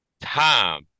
time